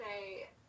say